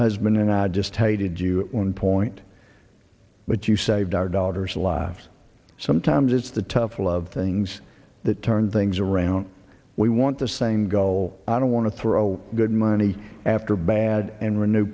husband and i just hated you at one point but you saved our daughter's lives sometimes it's the tough love things that turn things around we want the same goal i don't want to throw good money after bad and renew